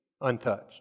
untouched